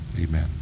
amen